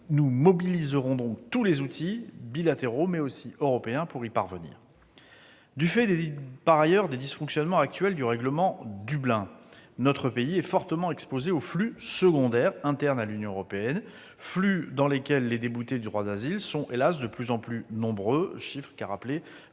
Nous mobiliserons tous les outils bilatéraux, mais aussi européens, pour y parvenir. Du fait des dysfonctionnements actuels du règlement de Dublin, notre pays est fortement exposé aux flux secondaires internes à l'Union européenne, flux dans lesquels les déboutés du droit d'asile sont, hélas, de plus en plus nombreux, comme M.